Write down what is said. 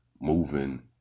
moving